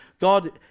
God